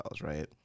right